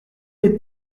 les